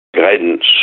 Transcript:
guidance